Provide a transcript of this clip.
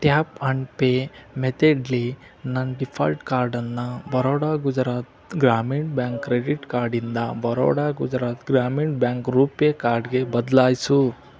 tap and pay ಮೆಥಡಲ್ಲಿ ನನ್ನ default ಕಾರ್ಡನ್ನು ಬರೋಡಾ ಗುಜರಾತ್ ಗ್ರಾಮೀಣ್ ಬ್ಯಾಂಕ್ ಕ್ರೆಡಿಟ್ ಕಾರ್ಡಿಂದ ಬರೋಡಾ ಗುಜರಾತ್ ಗ್ರಾಮೀಣ್ ಬ್ಯಾಂಕ್ ರೂಪೆ ಕಾರ್ಡ್ಗೆ ಬದ್ಲಾಯ್ಸು